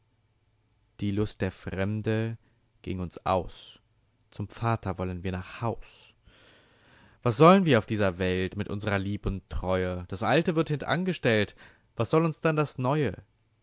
die lust der fremde gieng uns aus zum vater wollen wir nach haus was sollen wir auf dieser welt mit unsrer lieb u treue das alte wird hintangestellt was kümmert uns das neue